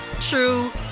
true